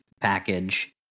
package